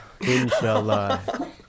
Inshallah